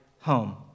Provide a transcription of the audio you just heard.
home